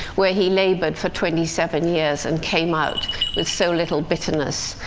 where he labored for twenty seven years, and came out with so little bitterness,